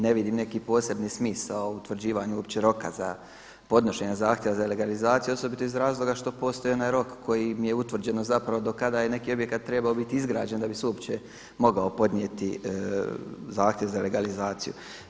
Ne vidim neki posebni smisao utvrđivanju uopće roka za podnošenje zahtjeva za legalizaciju osobito iz razloga što postoji onaj rok kojim je utvrđeno zapravo do kada je neki objekat trebao biti izgrađen da bi se uopće mogao podnijeti zahtjev za legalizaciju.